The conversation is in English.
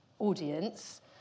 Audience